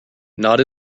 not